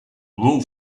rule